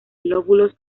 lóbulos